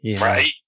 right